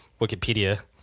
Wikipedia